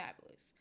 fabulous